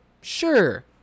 Sure